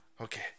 okay